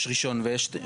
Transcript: יש ראשון ויש שני.